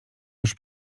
już